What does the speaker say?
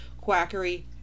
quackery